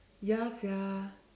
ya sia